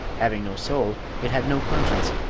having no soul it had no conscience,